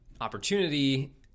opportunity